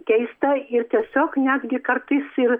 keista ir tiesiog netgi kartais ir